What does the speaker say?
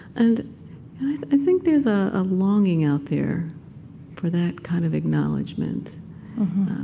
and i think there's a ah longing out there for that kind of acknowledgement